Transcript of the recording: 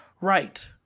Right